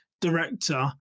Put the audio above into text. director